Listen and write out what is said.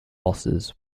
losses